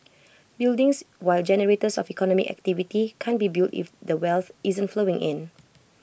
buildings while generators of economic activity can't be built if the wealth isn't flowing in